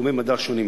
בתחומי מדע שונים.